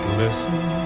listen